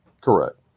correct